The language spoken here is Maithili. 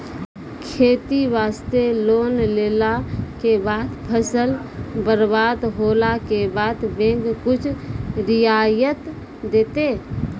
खेती वास्ते लोन लेला के बाद फसल बर्बाद होला के बाद बैंक कुछ रियायत देतै?